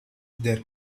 their